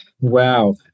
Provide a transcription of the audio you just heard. wow